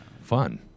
Fun